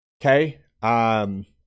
okay